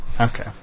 Okay